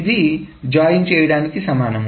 ఇది జాయిన్ చేయడానికి సమానం